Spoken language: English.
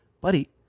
Buddy